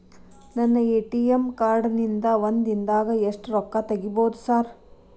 ನನ್ನ ATM card ನಿಂದಾ ಒಂದ್ ದಿಂದಾಗ ಎಷ್ಟ ರೊಕ್ಕಾ ತೆಗಿಬೋದು ಸಾರ್?